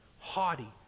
haughty